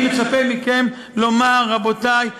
אני מצפה מכם לומר: רבותי,